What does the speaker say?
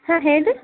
ಹಾಂ ಹೇಳಿ ರೀ